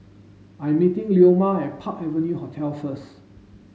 I'm meeting Leoma at Park Avenue Hotel first